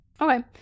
Okay